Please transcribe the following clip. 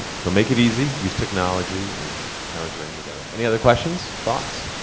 so make it easy, use technology, and find ways to bring them together. any other questions, thoughts,